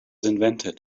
invented